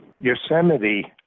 yosemite